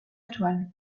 étoiles